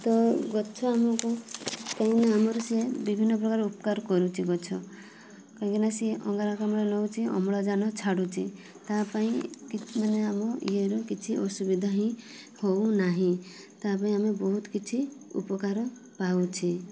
ତ ଗଛ ଆମକୁ କାହିଁକିନା ଆମର ସିଏ ବିଭିନ୍ନପ୍ରକାର ଉପକାର କରୁଛି ଗଛ କାହିଁକିନା ସିଏ ଅଙ୍ଗାରକାମ୍ଳ ନେଉଛି ଅମ୍ଳଜାନ ଛାଡ଼ୁଛି ତା'ପାଇଁ ମାନେ ଆମ ଇଏର କିଛି ଅସୁବିଧା ହିଁ ହେଉନାହିଁ ତା'ପାଇଁ ଆମେ ବହୁତ କିଛି ଉପକାର ପାଉଛେ